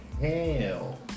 hell